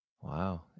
Wow